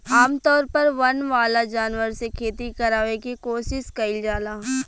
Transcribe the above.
आमतौर पर वन वाला जानवर से खेती करावे के कोशिस कईल जाला